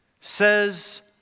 says